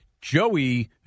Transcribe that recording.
Joey